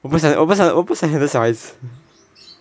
我不想我不想我不想 handle 小孩子